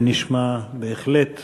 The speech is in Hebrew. זה נשמע בהחלט